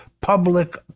public